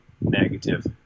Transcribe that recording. Negative